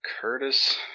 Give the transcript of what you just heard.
Curtis